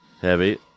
Heavy